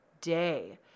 day